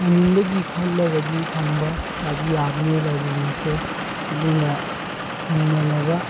ꯄꯥꯅꯤꯡꯕꯒꯤ ꯈꯜꯂꯒꯗꯤ ꯊꯝꯕ ꯌꯥꯗꯤ ꯌꯥꯕꯅꯤ ꯂꯥꯏꯕ꯭ꯔꯦꯔꯤꯁꯦ ꯑꯗꯨꯅ ꯊꯝꯅꯅꯕ